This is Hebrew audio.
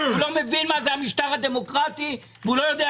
הוא לא מבין מה זה המשטר הדמוקרטי ולא מבין